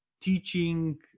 teaching